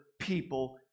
people